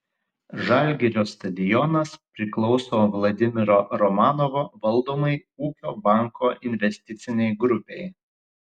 žalgirio stadionas priklauso vladimiro romanovo valdomai ūkio banko investicinei grupei